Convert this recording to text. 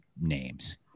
names